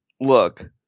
look